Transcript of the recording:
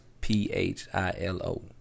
P-H-I-L-O